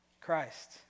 Christ